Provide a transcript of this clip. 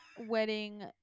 wedding